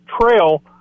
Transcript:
trail